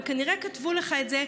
וכנראה כתבו לך את זה,